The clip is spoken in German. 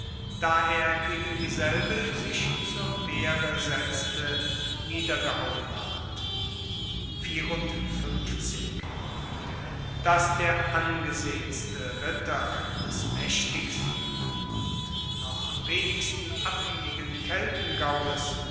da er gegen dieselbe sich zur wehre setzte niedergehauen ward daß der angesehenste ritter des mächtigsten und noch am wenigsten abhängigen